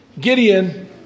Gideon